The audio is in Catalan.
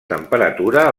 temperatura